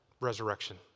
resurrection